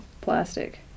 plastic